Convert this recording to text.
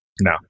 No